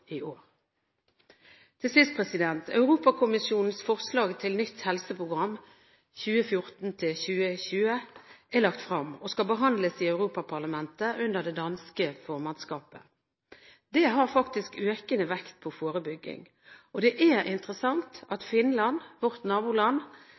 i år. Europakommisjonens forslag til nytt helseprogram 2014–2020 er lagt frem og skal behandles i Europaparlamentet under det danske formannskapet. Det har faktisk lagt økende vekt på forebygging. Det er interessant at